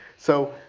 so,